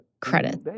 credit